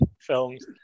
films